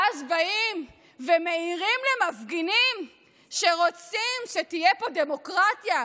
ואז באים ומעירים למפגינים שרוצים שתהיה פה דמוקרטיה,